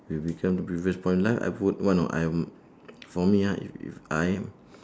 re~ return to previous point lah I would want know I would for me ah if if I